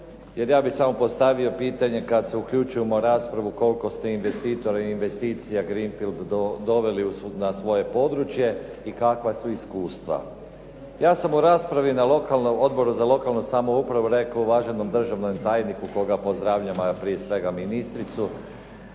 Jer ja bih samo postavio pitanje kada se uključujemo u raspravu, koliko ste investitora i investicija greenfield doveli na svoje područje i kakva su iskustva. Ja sam u raspravi na Odboru za lokalnu samoupravu rekao uvaženom državnom tajniku, kojeg pozdravljam, a prije svega ministricu,